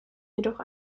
jedoch